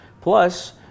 Plus